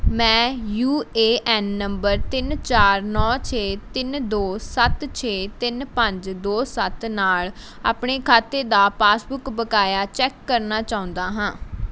ਮੈਂ U A N ਨੰਬਰ ਤਿੰਨ ਚਾਰ ਨੌ ਛੇ ਤਿੰਨ ਦੋ ਸੱਤ ਛੇ ਤਿੰਨ ਪੰਜ ਦੋ ਸੱਤ ਨਾਲ਼ ਆਪਣੇ ਖਾਤੇ ਦਾ ਪਾਸਬੁੱਕ ਬਕਾਇਆ ਚੈੱਕ ਕਰਨਾ ਚਾਹੁੰਦਾ ਹਾਂ